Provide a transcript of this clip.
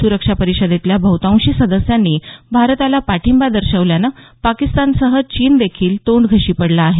सुरक्षा परिषदेतल्या बहृतांशी सदस्यांनी भारताला पाठिंबा दर्शवल्यानं पाकिस्तानसह चीन देखील तोंडघशी पडला आहे